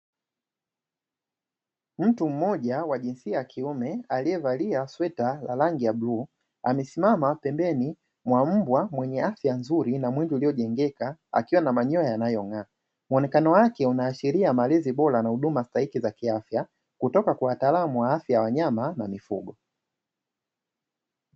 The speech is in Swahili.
Mtu mmoja wa jinsia ya kiume, aliyevalia sweta na rangi ya bluu, amesimama pembeni mwa mbwa mwenye afya nzuri na mwili uliojengeka, akiwa na manyoya yanayong'aa. Muonekano wake unaashiria malezi bora na huduma stahiki za kiafya, kutoka kwa wataalamu wa afya ya wanyama na mifugo.